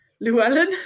Llewellyn